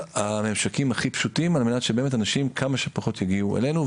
הממשקים הכי פשוטים על מנת שבאמת אנשים כמה שפחות יגיעו אלינו,